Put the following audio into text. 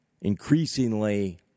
increasingly